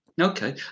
okay